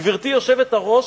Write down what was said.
גברתי היושבת-ראש,